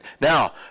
Now